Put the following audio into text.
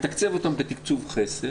מתקצב אותם בתקצוב חסר